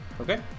okay